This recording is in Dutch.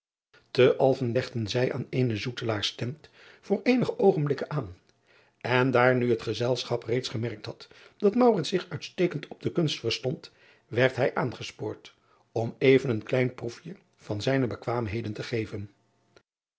lphen legden zij aan eene zoetelaars tent voor eenige oogenblikken aan en daar nu het gezelschap reeds gemerkt had dat zich uitstekend op de kunst verstond werd hij aangespoord om even een klein proefje van zijne bekwaamheden te geven